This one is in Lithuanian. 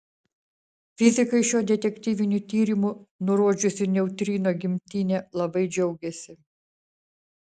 fizikai šiuo detektyviniu tyrimu nurodžiusiu neutrino gimtinę labai džiaugiasi